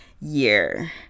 year